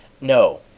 No